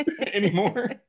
anymore